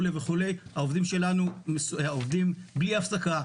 העובדים שלנו עובדים בלי הפסקה,